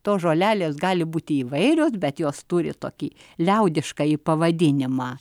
tos žolelės gali būti įvairios bet jos turi tokį liaudiškąjį pavadinimą